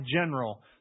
general